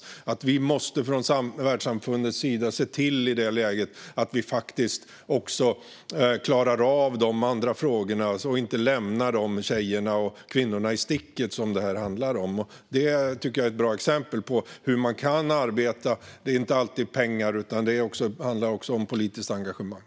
Vi måste i detta läge från världssamfundets sida se till att vi faktiskt också klarar av de andra frågorna och inte lämnar de tjejer och kvinnor i sticket som detta handlar om. Det tycker jag är ett bra exempel på hur man kan arbeta. Det handlar inte alltid om pengar utan också om politiskt engagemang.